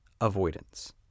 avoidance